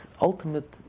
ultimate